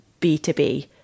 b2b